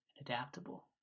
adaptable